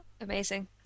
Amazing